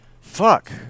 Fuck